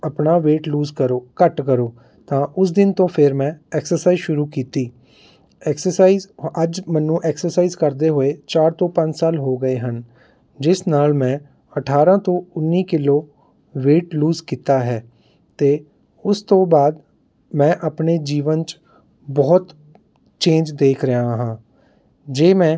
ਆਪਣਾ weight lose ਕਰੋ ਘੱਟ ਕਰੋ ਤਾਂ ਉਸ ਦਿਨ ਤੋਂ ਫਿਰ ਮੈਂ ਐਕਸਰਸਾਈਜ਼ ਸ਼ੁਰੂ ਕੀਤੀ ਐਕਸਰਸਾਈਜ਼ ਅੱਜ ਮੈਨੂੰ ਐਕਸਰਸਾਈਜ਼ ਕਰਦੇ ਹੋਏ ਚਾਰ ਤੋਂ ਪੰਜ ਸਾਲ ਹੋ ਗਏ ਹਨ ਜਿਸ ਨਾਲ ਮੈਂ ਅਠਾਰਾਂ ਤੋਂ ਉੱਨੀ ਕਿੱਲੋ ਵੇਟ ਲੂਜ਼ ਕੀਤਾ ਹੈ ਅਤੇ ਉਸ ਤੋਂ ਬਾਅਦ ਮੈਂ ਆਪਣੇ ਜੀਵਨ 'ਚ ਬਹੁਤ ਚੇਂਜ ਦੇਖ ਰਿਹਾ ਹਾਂ ਜੇ ਮੈਂ